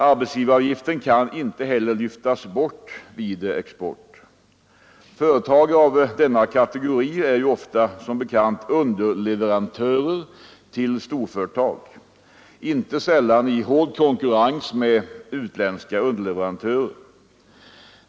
Arbetsgivaravgiften kan inte heller lyftas bort vid export. Företag av denna kategori är som bekant ofta underleverantörer till storföretag, inte sällan i hård konkurrens med utländska underleverantörer.